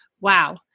wow